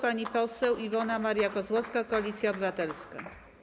Pani poseł Iwona Maria Kozłowska, Koalicja Obywatelska.